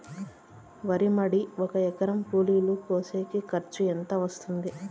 వరి మడి ఒక ఎకరా కూలీలు కోసేకి ఖర్చు ఎంత వస్తుంది?